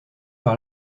par